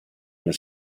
nel